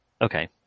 Okay